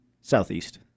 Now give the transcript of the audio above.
Southeast